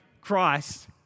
Christ